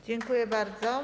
Dziękuję bardzo.